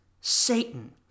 Satan